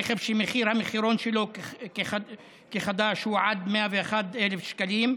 רכב שמחיר המחירון שלו כחדש הוא עד 101,000 שקלים,